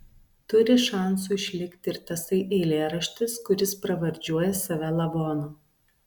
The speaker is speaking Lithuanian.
turi šansų išlikti ir tasai eilėraštis kuris pravardžiuoja save lavonu